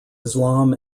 islam